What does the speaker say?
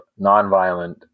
nonviolent